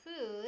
food